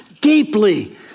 deeply